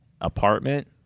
apartment